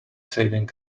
saving